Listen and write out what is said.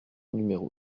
numéro